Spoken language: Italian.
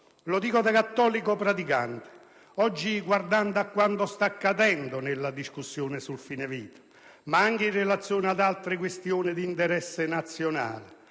Lo dico da cattolico praticante. Oggi, guardando a quando sta accadendo nella discussione sul fine vita, ma anche in relazione ad altre questioni di interesse nazionale,